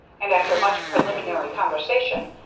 and, after much preliminary conversation,